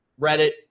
Reddit